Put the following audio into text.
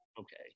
okay